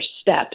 steps